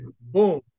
boom